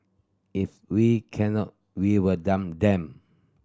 if we cannot we will dump them